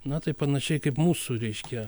na tai panašiai kaip mūsų reiškia